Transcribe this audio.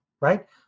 Right